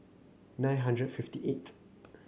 nine hundred fifty eight